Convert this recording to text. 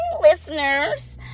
listeners